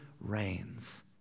reigns